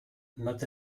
not